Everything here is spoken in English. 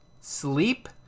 sleep